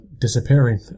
disappearing